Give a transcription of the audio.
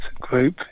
group